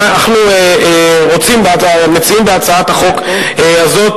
אנחנו מציעים בהצעת החוק הזאת,